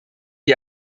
die